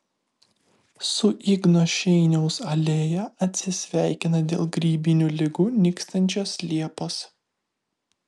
su igno šeiniaus alėja atsisveikina dėl grybinių ligų nykstančios liepos